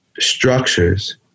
structures